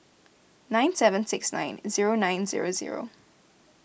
nine seven six nine zero nine zero zero